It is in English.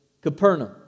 Capernaum